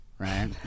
Right